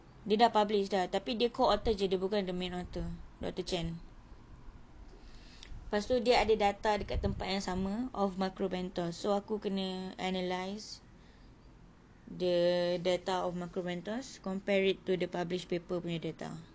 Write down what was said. dia dah published dah tapi dia co author jer dia bukan the main author doctor chan lepastu dia ada data dekat tempat yang sama of macromentoes so aku kena analyse the data of macromentoes compare it to the published paper punya data